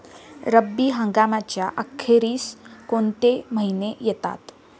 रब्बी हंगामाच्या अखेरीस कोणते महिने येतात?